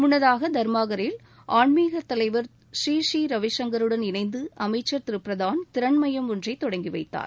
முன்னதாக தர்மாகரில் ஆன்மீகத் தலைவர் ஸ்ரீ ஸ்ரீ ரவிசங்கருடன் இணைந்து அமைச்சர் திரு தர்மேந்திர பிரதான் திறன் மையம் ஒன்றை தொடங்கி வைத்தார்